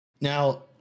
Now